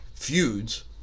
Feuds